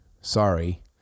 Sorry